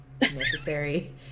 Necessary